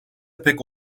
pek